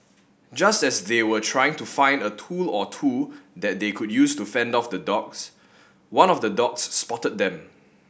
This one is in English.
just as they were trying to find a tool or two that they could use to fend off the dogs one of the dogs spotted them